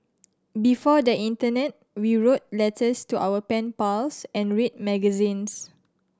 before the internet we wrote letters to our pen pals and read magazines